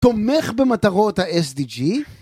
תומך במטרות ה-SDG